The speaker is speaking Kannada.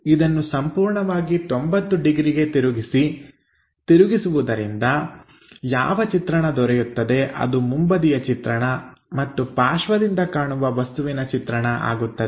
ಇದನ್ನು ಸಂಪೂರ್ಣವಾಗಿ 90 ಡಿಗ್ರಿಗೆ ತಿರುಗಿಸಿ ತಿರುಗಿಸುವುದರಿಂದ ಯಾವ ಚಿತ್ರಣ ದೊರೆಯುತ್ತದೆ ಅದು ಮುಂಬದಿಯ ಚಿತ್ರಣ ಮತ್ತು ಪಾರ್ಶ್ವದಿಂದ ಕಾಣುವ ವಸ್ತುವಿನ ಚಿತ್ರಣ ಆಗುತ್ತದೆ